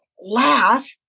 laugh